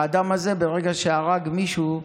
האדם הזה, ברגע שהרג מישהו בטעות,